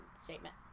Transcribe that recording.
statement